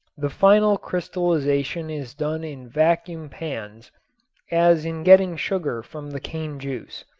the final crystallization is done in vacuum pans as in getting sugar from the cane juice.